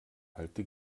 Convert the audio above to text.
alte